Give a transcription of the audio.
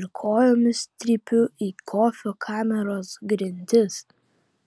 ir kojomis trypiu į kofio kameros grindis